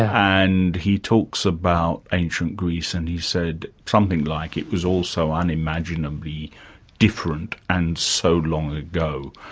and he talks about ancient greece and he said something like it was all so unimaginably different, and so long ago.